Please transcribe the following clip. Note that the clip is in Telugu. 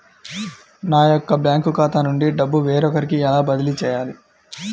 నా యొక్క బ్యాంకు ఖాతా నుండి డబ్బు వేరొకరికి ఎలా బదిలీ చేయాలి?